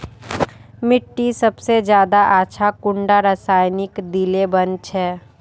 मिट्टी सबसे ज्यादा अच्छा कुंडा रासायनिक दिले बन छै?